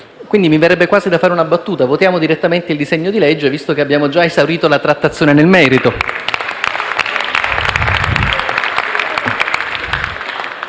quindi mi verrebbe da fare una battuta: votiamo direttamente il disegno di legge, visto che abbiamo già esaurito la trattazione nel merito.